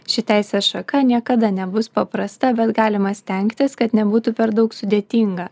ši teisės šaka niekada nebus paprasta bet galima stengtis kad nebūtų per daug sudėtinga